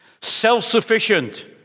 self-sufficient